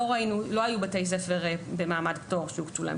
לא היו בתי ספר במעמד פטור שהוקצו להם